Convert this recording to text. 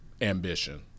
ambition